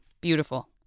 beautiful